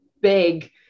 big